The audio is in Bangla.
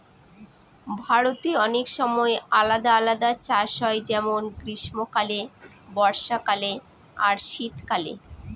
ভারতে অনেক সময় আলাদা আলাদা চাষ হয় যেমন গ্রীস্মকালে, বর্ষাকালে আর শীত কালে